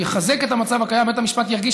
הוא יחזק את המצב הקיים: בית המשפט ירגיש